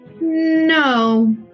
No